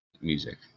music